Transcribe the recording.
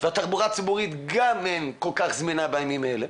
והתחבורה הציבורית לא כל כך זמינה בימים אלה,